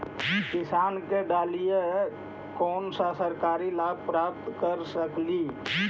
किसान के डालीय कोन सा सरकरी लाभ प्राप्त कर सकली?